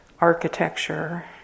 architecture